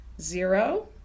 zero